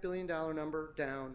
billion dollars number down